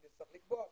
היא תצטרך לקבוע,